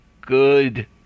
good